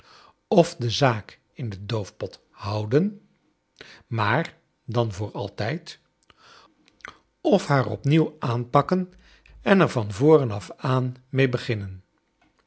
of de zaak in de doofpot houden maar dan voor altijd of haar opnieuw aanpakken en er van voren af aan mee boginnen